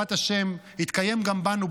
שבעזרת השם יתקיים גם בנו,